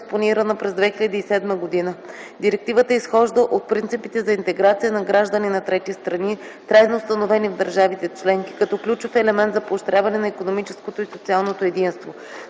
е транспонирана през 2007 г. Директивата изхожда от принципите за интеграция на граждани на трети страни, трайно установени в държавите членки като ключов елемент за поощряване на икономическото и социалното единство.